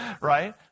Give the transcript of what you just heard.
right